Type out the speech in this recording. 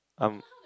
I'm